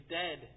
dead